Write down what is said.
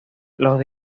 los